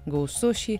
gausu šį